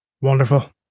Wonderful